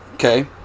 Okay